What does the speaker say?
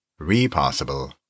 Repossible